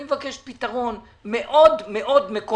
אני מבקש פתרון מאוד מקומי,